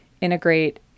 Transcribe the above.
integrate